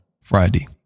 Friday